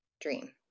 dream